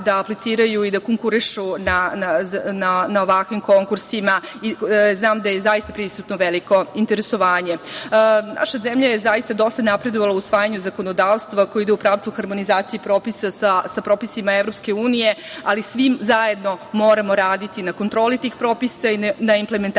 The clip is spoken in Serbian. da apliciraju i da konkurišu na ovakvim konkursima. Znam da je prisutno veliko interesovanje. Naša zemlja je dosta napredovala u usvajanju zakonodavstva koje ide u pravcu harmonizacije propisa sa propisima EU, ali svi zajedno moramo raditi na kontroli tih propisa i na implementaciji